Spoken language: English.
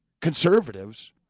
conservatives